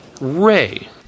Ray